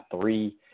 three